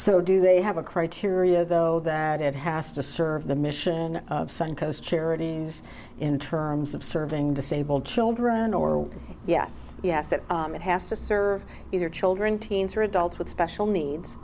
so do they have a criteria though that it has to serve the mission of suncoast charities in terms of serving disabled children or yes yes that it has to serve either children teens or adults with special